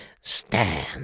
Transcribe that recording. stand